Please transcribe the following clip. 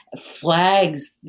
flags